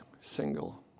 single